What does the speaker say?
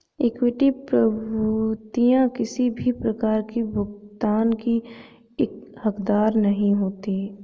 equity प्रभूतियाँ किसी प्रकार की भुगतान की हकदार नहीं होती